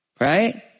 Right